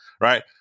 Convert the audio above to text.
right